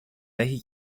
έχει